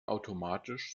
automatisch